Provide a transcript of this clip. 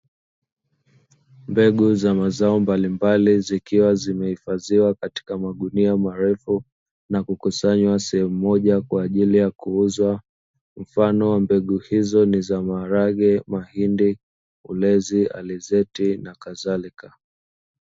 Mbegu za mazao mbalimbali zikiwa zimehifadhiwa katika magunia marefu nakukusanywa sehemu moja kwa ajili ya kuuzwa mfano wa mbegu hizo ni za; maharage, mahindi, ulezi, alizeti na kadhalika.